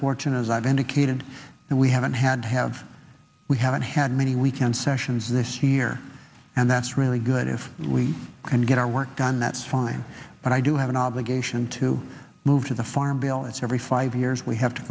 fortunate as i've indicated and we haven't had have we haven't had many weekend sessions this year and that's really good if we can get our work done that's fine but i do have an obligation to move to the farm bill it's every five years we have to